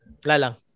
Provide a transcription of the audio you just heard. Lalang